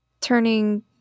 turning